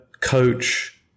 coach